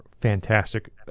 fantastic